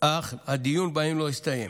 אך הדיון בהן לא הסתיים,